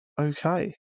Okay